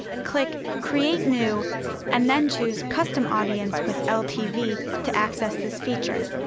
click create new and then choose custom audience with ltv to access this feature.